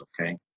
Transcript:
Okay